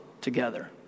together